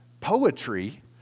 poetry